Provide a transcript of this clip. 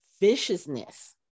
viciousness